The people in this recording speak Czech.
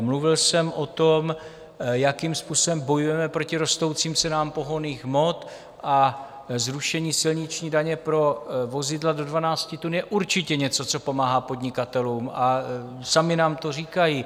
Mluvil jsem o tom, jakým způsobem bojujeme proti rostoucím cenám pohonných hmot, a zrušení silniční daně pro vozidla do 12 tun je určitě něco, co pomáhá podnikatelům, a sami nám to říkají.